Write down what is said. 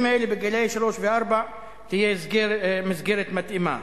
האלה בגיל שלוש וארבע תהיה מסגרת מתאימה.